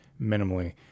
minimally